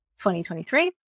2023